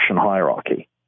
hierarchy